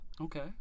Okay